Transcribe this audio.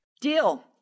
Deal